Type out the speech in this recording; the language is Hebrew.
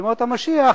בימות המשיח,